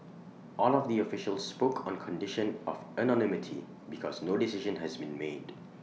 all of the officials spoke on condition of anonymity because no decision has been made